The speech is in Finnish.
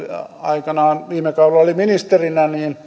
aikanaan viime kaudella oli ministerinä